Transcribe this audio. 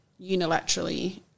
unilaterally